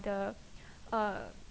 the uh